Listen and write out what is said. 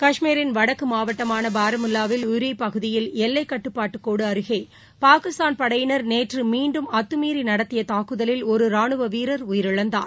காஷ்மீரின் வடக்கு மாவட்டமானா பாரமுல்லாவில் உரி பகுதியில் எல்லை கட்டுப்பாட்டு கோடு அருகே பாகிஸ்தான் படையினர் நேற்று மீண்டும் அத்துமீறி நடத்திய தாக்குதலில் ஒரு ரானுவ வீரர் உயிரிழந்தார்